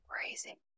crazy